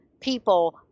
people